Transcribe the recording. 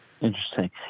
Interesting